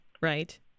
right